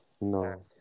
No